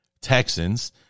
Texans